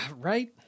Right